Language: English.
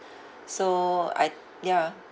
so I t~ ya